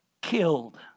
killed